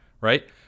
Right